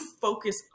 focus